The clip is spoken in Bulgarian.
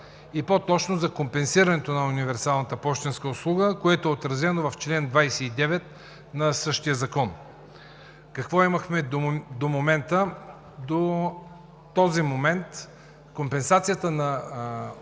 и по точно за компенсирането на универсалната пощенска услуга, което е отразено в чл. 29 на същия закон. Какво имаме до момента? До този момент компенсацията на